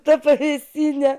ta pavėsinė